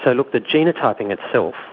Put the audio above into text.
ah look, the genotyping itself,